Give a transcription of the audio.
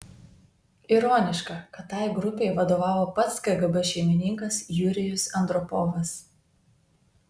ironiška kad tai grupei vadovavo pats kgb šeimininkas jurijus andropovas